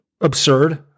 absurd